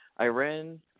Iran